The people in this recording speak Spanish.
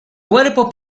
cuerpo